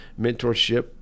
mentorship